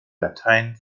latein